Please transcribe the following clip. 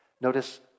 Notice